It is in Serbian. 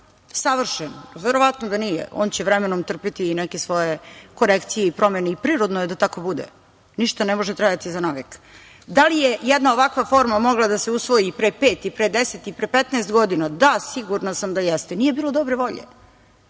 savršen? Verovatno da nije, on će vremenom trpeti i neke svoje korekcije i promene, i prirodno je da tako bude. Ništa ne može trajati za navek. Da li je jedna ovakva forma mogla da se usvoji i pre pet, i pre 10, i pre 15 godina, da, sigurna sam da jeste, nije bilo dobre volje,